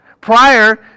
prior